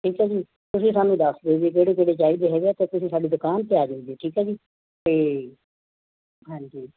ਠੀਕ ਹੈ ਜੀ ਤੁਸੀਂ ਸਾਨੂੰ ਦੱਸ ਦਿਓ ਜੀ ਕਿਹੜੇ ਕਿਹੜੇ ਚਾਹੀਦੇ ਹੈਗੇ ਹੈ ਤੁਸੀਂ ਸਾਡੀ ਦੁਕਾਨ 'ਤੇ ਆ ਜਾਇਓ ਜੀ ਠੀਕ ਹੈ ਜੀ ਅਤੇ ਹਾਂਜੀ